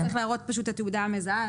צריך פשוט להראות את התעודה המזהה,